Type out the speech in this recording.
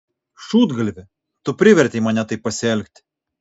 šūdgalvi tu privertei mane taip pasielgti